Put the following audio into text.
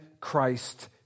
Christ